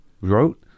Wrote